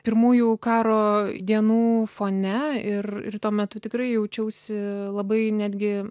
pirmųjų karo dienų fone ir ir tuo metu tikrai jaučiausi labai netgi